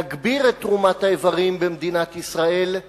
להגביר את תרומת האיברים במדינת ישראל,